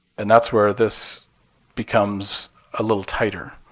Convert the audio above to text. and that's where this becomes a little tighter.